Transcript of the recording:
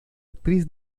actriz